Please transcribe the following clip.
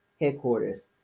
Headquarters